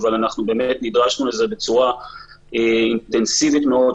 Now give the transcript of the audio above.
אבל אנחנו באמת נדרשנו לזה בצורה אינטנסיבית מאוד.